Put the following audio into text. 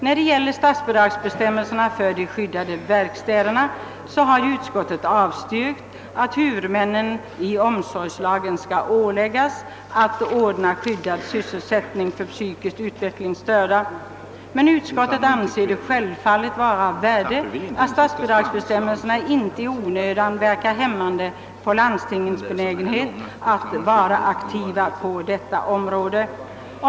När det gäller statsbidragsbestämmelserna för de skyddade verkstäderna har utskottet visserligen avstyrkt, att huvudmännen i omsorgslagen skall åläggas att ordna skyddad sysselsättning för psykiskt utvecklingsstörda. Men utskottet anser det självfallet vara av värde att statsbidragsbestämmelserna inte i onödan verkar hämmande på landstingens benägenhet att vara aktiva på detta område.